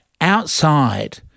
outside